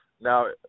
Now